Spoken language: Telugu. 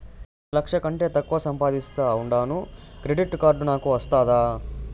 నేను లక్ష కంటే తక్కువ సంపాదిస్తా ఉండాను క్రెడిట్ కార్డు నాకు వస్తాదా